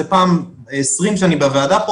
זו פעם 20 שאני בוועדה הזו,